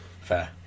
Fair